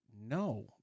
no